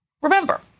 Remember